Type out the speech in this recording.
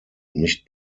nicht